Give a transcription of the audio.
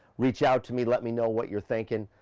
reach out to me, let me know what you're thinking.